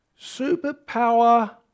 superpower